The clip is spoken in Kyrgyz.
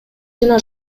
жана